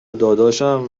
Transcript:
داداشم